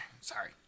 sorry